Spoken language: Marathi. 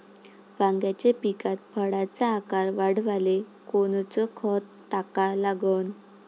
वांग्याच्या पिकात फळाचा आकार वाढवाले कोनचं खत टाका लागन?